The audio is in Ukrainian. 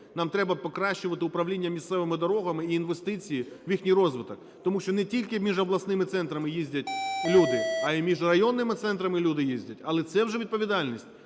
Нам треба покращувати управління місцевими дорогами і інвестиції в їх розвиток. Тому що не тільки між обласними центрами їздять люди, а і між районними центрами люди їздять, але це вже відповідальність